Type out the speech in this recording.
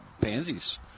pansies